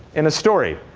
in a story,